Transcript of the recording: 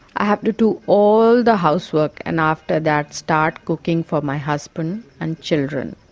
i have to do all the housework and after that start cooking for my husband and children.